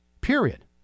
period